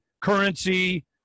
currency